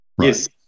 yes